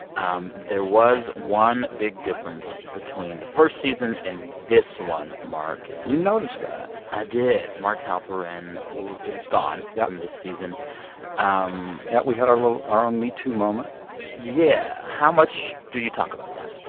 um there was one big difference between the first season and this one, mark you noticed that i did. mark halperin is gone. yeah. from this season um yeah. we had our little our own me too moment yeah. how much do you talk about that?